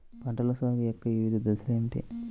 పంటల సాగు యొక్క వివిధ దశలు ఏమిటి?